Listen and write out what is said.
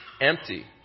empty